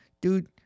Dude